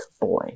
boy